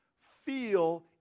feel